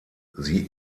sie